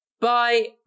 bye